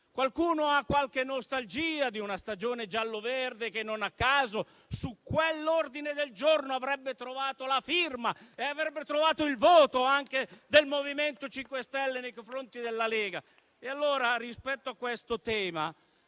Qualcuno ha qualche nostalgia di una stagione giallo-verde che, non a caso, su quell'ordine del giorno avrebbe trovato la firma e avrebbe trovato il voto anche del MoVimento 5 Stelle nei confronti della Lega. E allora, rispetto a questo tema,